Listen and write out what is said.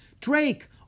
Drake